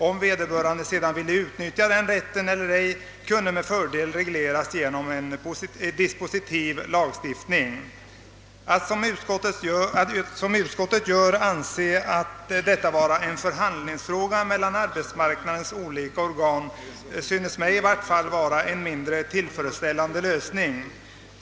Utskottet anser att detta problem bör kunna lösas genom förhandlingar mellan parterna. En sådan ordning finner jag dock inte tillfredsställande.